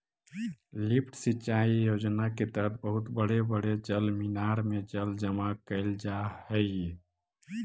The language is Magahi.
लिफ्ट सिंचाई योजना के तहत बहुत बड़े बड़े जलमीनार में जल जमा कैल जा हई